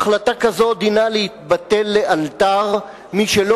החלטה כזאת דינה להתבטל לאלתר משלא